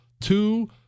Two